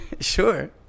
Sure